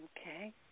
Okay